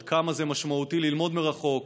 עד כמה זה משמעותי ללמוד מרחוק,